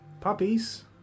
puppies